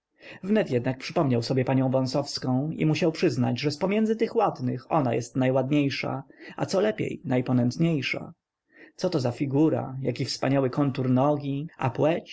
wnet jednak przypomniał sobie panią wąsowską i musiał przyznać że zpomiędzy tych ładnych ona jest najładniejsza a co lepiej najponętniejsza coto za figura jaki wspaniały kontur nogi